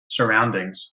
surroundings